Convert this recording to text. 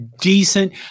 decent